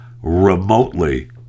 remotely